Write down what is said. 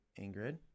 Ingrid